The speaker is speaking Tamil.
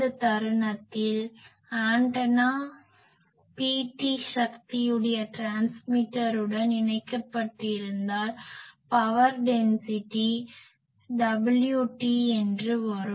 இந்த தருணத்தில் ஆண்டனா Pt சக்தியுடைய ட்ரான்ஸ்மிட்டருடன் இணைக்கப்பட்டிருந்தால் பவர் டென்சிட்டி Wt என்று வரும்